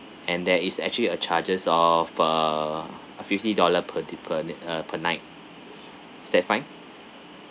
and there is actually a charges of err fifty dollar per the per uh per night is that fine